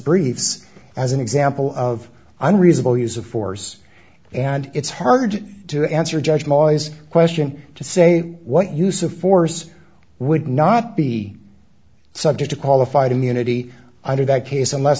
briefs as an example of i'm reasonable use of force and it's hard to answer judge more as a question to say what use of force would not be subject to qualified immunity under that case unless